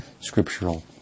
scriptural